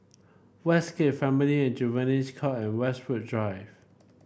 Westgate Family and Juvenile Court and Westwood Drive